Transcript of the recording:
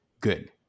good